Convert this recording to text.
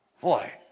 Boy